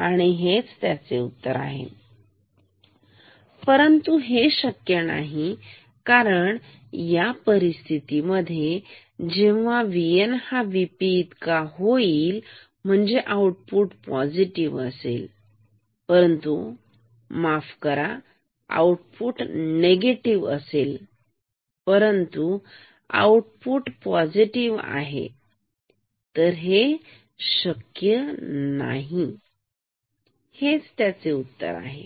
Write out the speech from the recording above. तर हेच त्याचे उत्तर आहे परंतु हे शक्य नाही कारण या परिस्थितीमध्ये जेव्हा VN हा VP इतका होईल म्हणजे आऊटपुट पॉझिटिव्ह असेल परंतु माफ करा आउटपुट निगेटिव्ह असेल परंतु आउटपुट पॉझिटिव आहे तर हे शक्य नाही हे उत्तर आहे